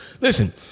Listen